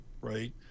right